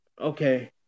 okay